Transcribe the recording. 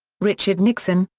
richard nixon,